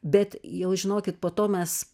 bet jau žinokit po to mes